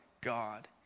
God